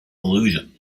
illusion